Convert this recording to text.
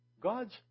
God's